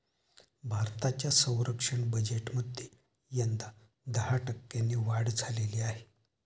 भारताच्या संरक्षण बजेटमध्ये यंदा दहा टक्क्यांनी वाढ झालेली आहे